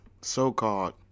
so-called